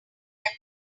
them